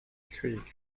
creek